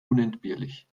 unentbehrlich